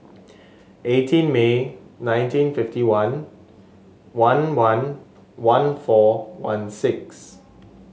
eighteen May nineteen fifty one one one one four one six